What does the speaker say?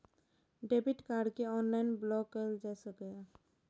debit card कें online block कैल जा सकैए